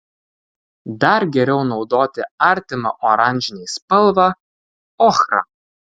dar geriau naudoti artimą oranžinei spalvą ochrą